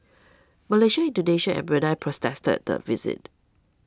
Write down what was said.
Malaysia Indonesia and Brunei protested the visit